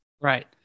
Right